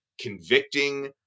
convicting